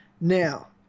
Now